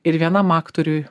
ir vienam aktoriui